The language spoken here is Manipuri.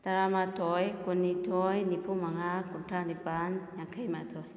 ꯇꯔꯥꯃꯥꯊꯣꯏ ꯀꯨꯟꯅꯤꯊꯣꯏ ꯅꯤꯐꯨ ꯃꯉꯥ ꯀꯨꯟꯊ꯭ꯔꯥ ꯅꯤꯄꯥꯟ ꯌꯥꯡꯈꯩ ꯃꯥꯊꯣꯏ